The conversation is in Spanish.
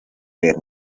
ver